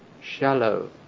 shallow